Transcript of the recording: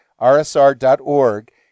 rsr.org